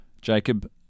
Jacob